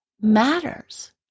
matters